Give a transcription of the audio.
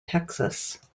texas